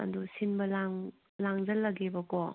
ꯑꯗꯨ ꯁꯤꯟꯕ ꯂꯥꯡꯁꯜꯂꯒꯦꯕꯀꯣ